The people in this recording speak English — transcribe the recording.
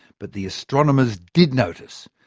but the astronomers did notice,